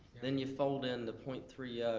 then you fold in the point three